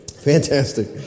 fantastic